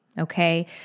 Okay